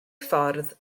ffordd